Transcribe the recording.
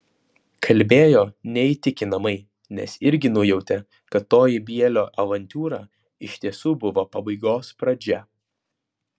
kalbėjo neįtikinamai nes irgi nujautė kad toji bielio avantiūra iš tiesų buvo pabaigos pradžia